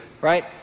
right